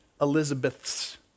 Elizabeth's